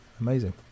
Amazing